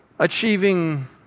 achieving